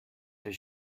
does